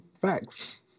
Facts